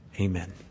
Amen